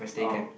oh